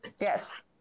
Yes